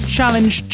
Challenge